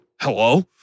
Hello